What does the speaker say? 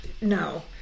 no